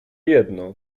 jedno